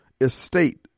estate